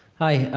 hi,